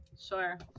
Sure